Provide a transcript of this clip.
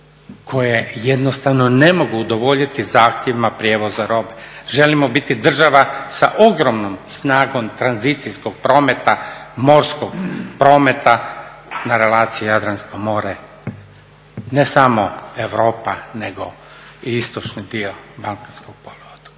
koje jednostavno ne mogu udovoljiti zahtjevima prijevoza robe? Želimo biti država sa ogromnom snagom tranzicijskog prometa, morskog prometa na relaciji Jadransko more, ne samo Europa nego i istočni dio balkanskog poluotoka,